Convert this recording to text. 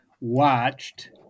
watched